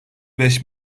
beş